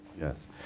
Yes